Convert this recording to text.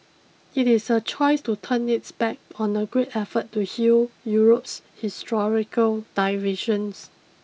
it is a choice to turn its back on the great effort to heal Europe's historical divisions